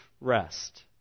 rest